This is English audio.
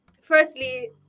firstly